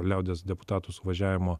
liaudies deputatų suvažiavimo